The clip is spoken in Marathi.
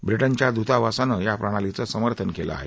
ब्रिटनच्या दतावासानं या प्रणालीचं समर्थन केलं आहे